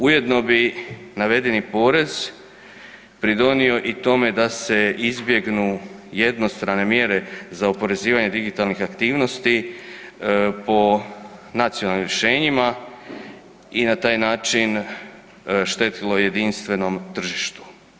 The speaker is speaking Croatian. Ujedno bi navedeni porez pridonio i tome da se izbjegnu jednostrane mjere za oporezivanje digitalnih aktivnosti po nacionalnim rješenjima i na taj način štetilo jedinstvenom tržištu.